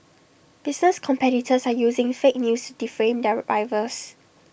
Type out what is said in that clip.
business competitors are using fake news defame their rivals